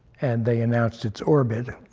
and they announced its orbit,